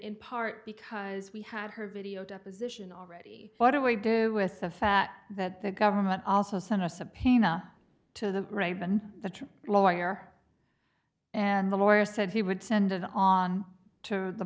in part because we had her video deposition already what do we do with the fact that the government also sent us a painter to the true lawyer and the lawyer said he would send it on to the